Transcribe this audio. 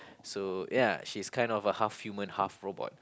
so ya she's kind of a half human half robot